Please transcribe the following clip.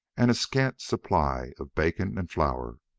and a scant supply of bacon and flour.